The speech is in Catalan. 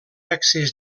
accés